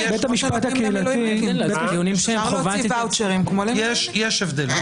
יש הבדל.